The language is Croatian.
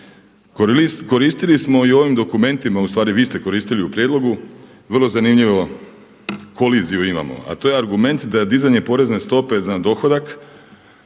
Koristili smo i u ovim dokumentima, u stvari vi ste koristili u prijedlogu vrlo zanimljivo koliziju imamo, a to je argument da je dizanje porezne stope na dohodak